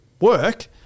work